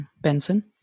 Benson